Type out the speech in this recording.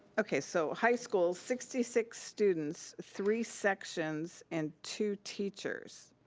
okay, so, high school, sixty six students, three sections, and two teachers.